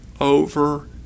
over